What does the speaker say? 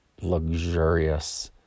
luxurious